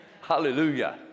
Hallelujah